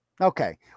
Okay